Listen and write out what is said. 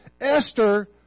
Esther